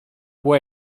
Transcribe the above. può